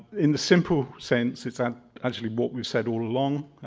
in the simple sense it's ah actually what we said all along,